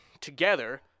together